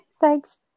thanks